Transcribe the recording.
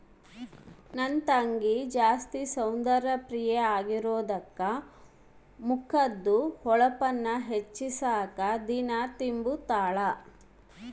ನನ್ ತಂಗಿ ಜಾಸ್ತಿ ಸೌಂದರ್ಯ ಪ್ರಿಯೆ ಆಗಿರೋದ್ಕ ಮಕದ್ದು ಹೊಳಪುನ್ನ ಹೆಚ್ಚಿಸಾಕ ದಿನಾ ತಿಂಬುತಾಳ